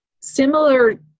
similar